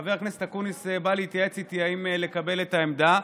חבר הכנסת אקוניס בא להתייעץ איתי אם לקבל את העמדה.